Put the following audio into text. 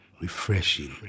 Refreshing